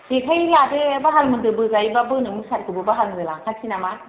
जेखाय लादो बाहाल मोनदो बाजायोबा मुसाफिफोरखौबो बाहालमोनदो लाखासै नामा